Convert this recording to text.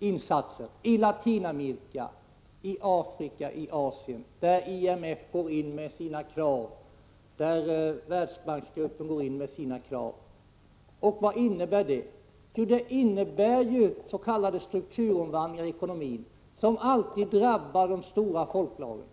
insatser i Latinamerika i Afrika och i Asien där IMF och Världsbanksgruppen gått in med sina krav. Vad innebär det? Jo, det innebär s.k. strukturomvandling av ekonomin som alltid drabbar de stora folklagren.